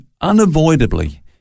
unavoidably